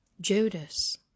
Judas